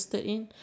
safe